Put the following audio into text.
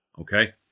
okay